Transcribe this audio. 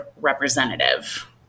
representative